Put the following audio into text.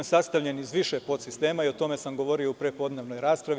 Sastavljen je iz više podsistema i o tome sam govorio u prepodnevnoj raspravi.